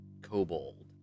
kobold